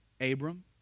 Abram